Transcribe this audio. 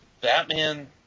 Batman